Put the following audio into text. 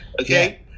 Okay